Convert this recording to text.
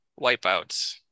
wipeouts